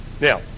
Now